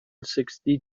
sixty